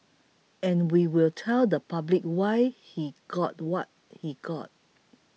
and we will tell the public why he got what he got